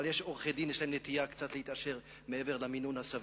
אבל יש עורכי-דין שיש להם קצת נטייה להתעשר מעבר למינון הסביר.